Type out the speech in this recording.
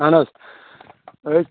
اہن حظ ٲ